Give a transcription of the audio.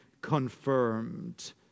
confirmed